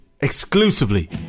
exclusively